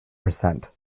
percent